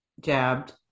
jabbed